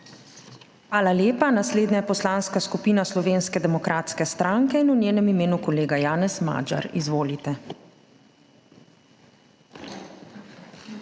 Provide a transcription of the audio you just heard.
Hvala lepa. Naslednja je Poslanska skupina Slovenske demokratske stranke. V njenem imenu kolega Janez Magyar. Izvolite.